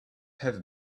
have